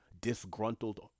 Disgruntled